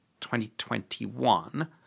2021